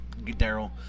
Daryl